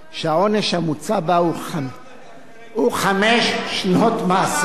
שהעונש המוצע בה הוא חמש שנות מאסר.